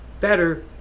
better